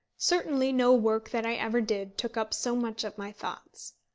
certainly no work that i ever did took up so much of my thoughts.